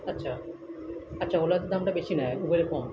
আচ্ছা আচ্ছা ওলার দামটা বেশি নেয় উবরে কম